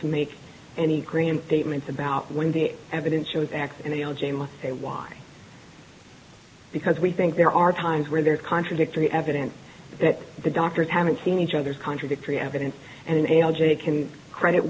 to make any grand statements about when the evidence shows x and the o j must say why because we think there are times where there is contradictory evidence that the doctors haven't seen each other's contradictory evidence and a logic can credit